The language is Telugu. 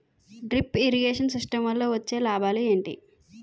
డ్రిప్ ఇరిగేషన్ సిస్టమ్ వల్ల వచ్చే లాభాలు ఏంటి?